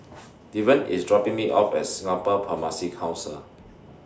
Deven IS dropping Me off At Singapore Pharmacy Council